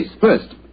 First